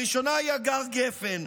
הראשונה היא הגר גפן,